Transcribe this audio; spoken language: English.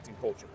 culture